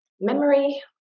Memory